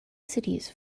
cities